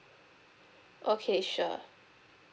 okay sure